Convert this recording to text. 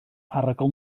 arogl